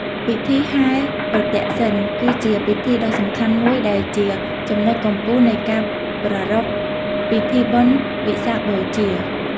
ពិធីហែរប្រទក្សិណ គឺជាពិធីដ៏សំខាន់មួយដែលជាចំណុចកំពូលនៃការប្រារព្ធពិធីបុណ្យវិសាខបូជា។